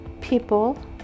people